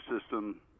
system